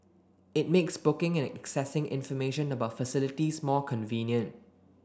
it makes booking and accessing information about facilities more convenient